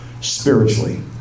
spiritually